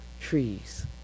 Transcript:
trees